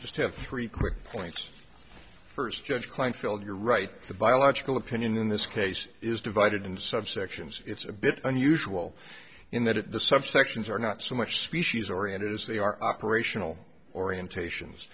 just have three quick points first judge kleinfeld you're right the biological opinion in this case is divided in some sections it's a bit unusual in that it the sub sections are not so much species oriented as they are operational orientations